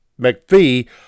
McPhee